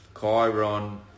Chiron